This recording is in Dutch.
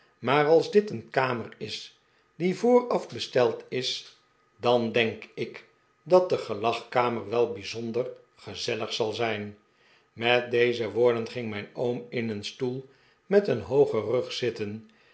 maar als dit een kamer is die vooraf besteld is dan denk ik dat de gelagkamer wel bijzonder gezellig zal zijn met deze woorden ging mijn oom in een stoel met een hoogen rug zitten